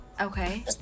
Okay